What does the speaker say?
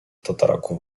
tataraku